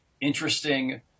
interesting